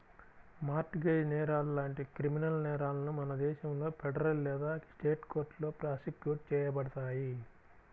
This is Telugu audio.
మార్ట్ గేజ్ నేరాలు లాంటి క్రిమినల్ నేరాలను మన దేశంలో ఫెడరల్ లేదా స్టేట్ కోర్టులో ప్రాసిక్యూట్ చేయబడతాయి